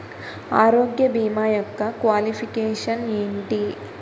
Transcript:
ఆరోగ్య భీమా యెక్క క్వాలిఫికేషన్ ఎంటి?